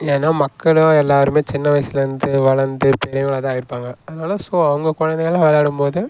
ஏன்னா மக்களும் எல்லாருமே சின்ன வயதுலேருந்து வளர்ந்து பெரியவங்களாக தான் ஆகிருப்பாங்க அதனால் ஸோ அவங்க குழந்தைகளாம் விளையாடும் போது